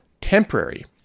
temporary